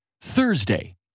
Thursday